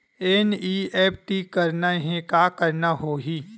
NEFT करना हे का करना होही?